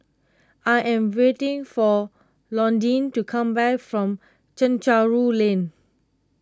I am waiting for Londyn to come back from Chencharu Lane